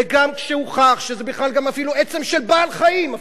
וגם כשהוכח שזה בכלל עצם של בעל-חיים אפילו,